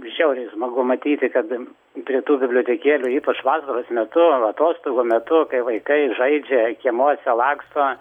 žiauriai smagu matyti kad prie tų bibliotekėlių ypač vasaros metu atostogų metu kai vaikai žaidžia kiemuose laksto